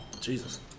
Jesus